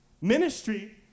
Ministry